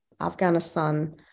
Afghanistan